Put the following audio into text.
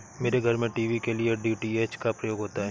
मेरे घर में टीवी के लिए डी.टी.एच का प्रयोग होता है